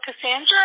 Cassandra